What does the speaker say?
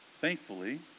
Thankfully